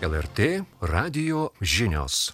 lrt radijo žinios